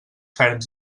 ferms